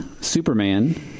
Superman